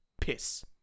Piss